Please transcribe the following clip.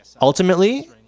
Ultimately